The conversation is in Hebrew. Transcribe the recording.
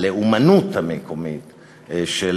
של